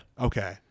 Okay